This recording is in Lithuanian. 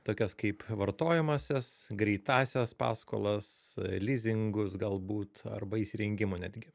tokias kaip vartojamąsias greitąsias paskolas lizingus galbūt arba įsirengimo netgi